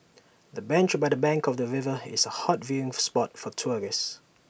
the bench by the bank of the river is A hot viewing spot for tourists